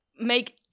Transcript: make